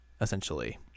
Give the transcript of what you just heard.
essentially